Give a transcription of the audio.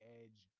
edge